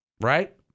right